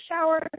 shower